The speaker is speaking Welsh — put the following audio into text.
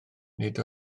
nid